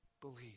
believe